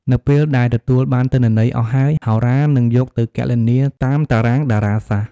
នៅពេលដែលទទួលបានទិន្នន័យអស់ហើយ ហោរានឹងយកទៅគណនា តាមតារាងតារាសាស្ត្រ។